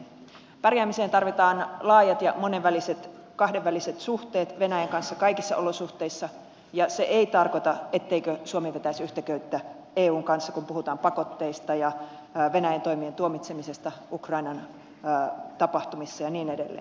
pärjäämiseen tarvitaan laajat ja monenväliset kahdenväliset suhteet venäjän kanssa kaikissa olosuhteissa ja se ei tarkoita etteikö suomi vetäisi yhtä köyttä eun kanssa kun puhutaan pakotteista ja venäjän toimien tuomitsemisesta ukrainan tapahtumissa ja niin edelleen